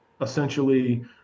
essentially